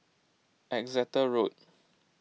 Exeter Road